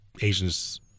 asians